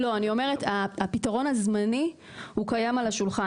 הפתרון הזמני קיים על השולחן.